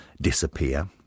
disappear